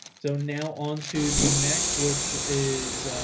so now onto the next, which is